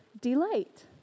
delight